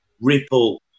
Ripple